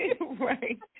Right